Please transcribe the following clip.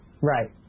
Right